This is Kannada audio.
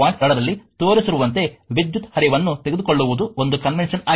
2 ರಲ್ಲಿ ತೋರಿಸಿರುವಂತೆ ವಿದ್ಯುತ್ ಹರಿವನ್ನು ತೆಗೆದುಕೊಳ್ಳುವುದು ಒಂದು ಕಾನ್ವೆಂಷನ್ ಆಗಿದೆ